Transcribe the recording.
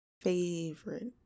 favorite